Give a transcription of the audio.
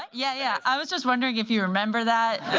yeah yeah. i was just wondering if you remember that.